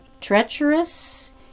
treacherous